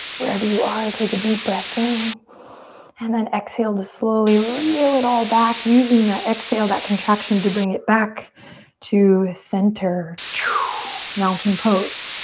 wherever you are, take a deep breath in and then exhale to slowly reel it all back. using that exhale, that contraction, to bring it back to center. mountain pose.